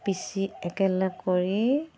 পিচি একেলগ কৰি